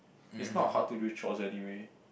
it's not hard to do chores anyway